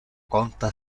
conta